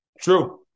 True